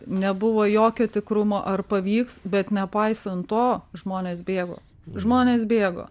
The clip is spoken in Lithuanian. nebuvo jokio tikrumo ar pavyks bet nepaisant to žmonės bėgo žmonės bėgo